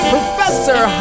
Professor